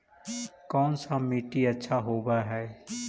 कोन सा मिट्टी अच्छा होबहय?